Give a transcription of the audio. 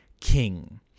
king